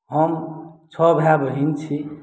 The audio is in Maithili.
हम छओ भाय बहिन छी